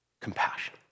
compassion